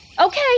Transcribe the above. Okay